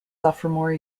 sophomore